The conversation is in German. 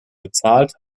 bezahlt